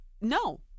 no